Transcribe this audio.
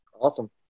Awesome